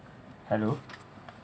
hello